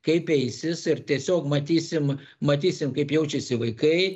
kaip eisis ir tiesiog matysim matysim kaip jaučiasi vaikai